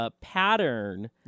pattern